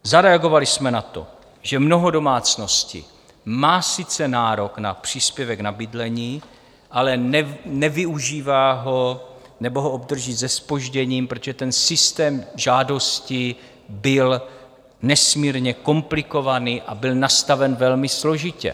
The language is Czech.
Zareagovali jsme na to, že mnoho domácností má sice nárok na příspěvek na bydlení, ale nevyužívá ho nebo ho obdrží se zpožděním, protože systém žádostí byl nesmírně komplikovaný a byl nastaven velmi složitě.